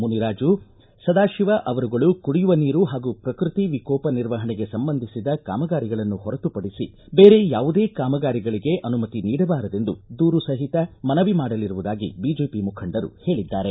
ಮುನಿರಾಜು ಸದಾಶಿವ ಅವರುಗಳು ಕುಡಿಯುವ ನೀರು ಹಾಗೂ ಪ್ರಕೃತಿ ವಿಕೋಪ ನಿವರ್ಹಣೆಗೆ ಸಂಬಂಧಿಸಿದ ಕಾಮಗಾರಿಗಳನ್ನು ಹೊರತುಪಡಿಸಿ ಬೇರೆ ಯಾವುದೇ ಕಾಮಗಾರಿಗಳಿಗೆ ಅನುಮತಿ ನೀಡಬಾರದೆಂದು ದೂರು ಸಹಿತ ಮನವಿ ಮಾಡಲಿರುವುದಾಗಿ ಬಿಜೆಪಿ ಮುಖಂಡರು ಹೇಳಿದ್ದಾರೆ